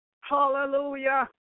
hallelujah